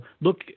look